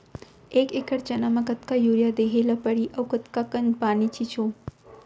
एक एकड़ चना म कतका यूरिया देहे ल परहि अऊ कतका कन पानी छींचहुं?